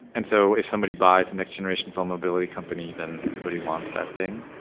and so if somebody buys the next-generation vulnerability company, then everybody wants that thing.